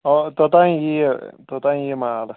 اَوا توٚتام یِیہِ توٚتام یِیہِ مال اَسہِ